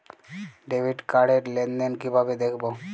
Debit card র লেনদেন কিভাবে দেখবো?